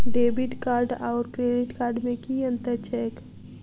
Debit card आओर credit card मे की अन्तर छैक?